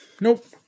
Nope